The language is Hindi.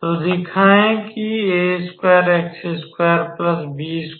तो दिखाएँ कि के बीच